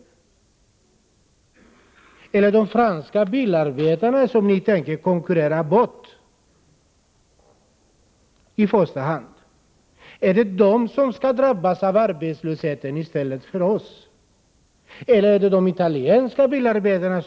Är det de franska bilarbetarna som ni i första hand tänker konkurrera bort? Är det de som skall drabbas av arbetslösheten i stället för bilarbetarna i Sverige? Eller är det de italienska bilarbetarna?